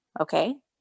okay